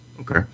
Okay